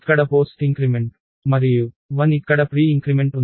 ఇక్కడ post increment మరియు 1 ఇక్కడ ప్రీ ఇంక్రిమెంట్ ఉంది